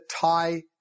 tie